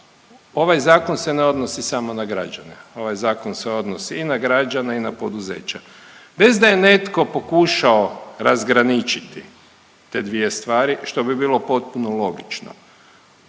Ovaj zakon se ne odnosi samo na građane. Ovaj zakon se odnosi i na građane i na poduzeća. Bez da je netko pokušao razgraničiti te dvije stvari, što bi bilo potpuno logično.